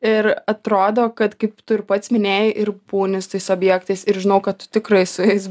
ir atrodo kad kaip tu ir pats minėjai ir būni su tais objektais ir žinau kad tu tikrai su jais